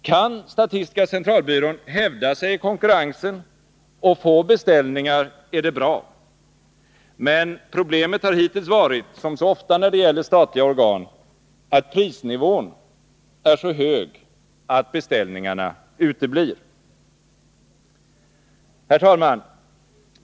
Kan statistiska centralbyrån hävda sig i konkurrensen och få beställningar är det bra. Men problemet har hittills varit — som så ofta när det gäller statliga organ — att prisnivån är så hög att beställningarna uteblir. ; Herr talman!